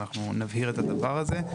ואנחנו נבהיר את הדבר הזה.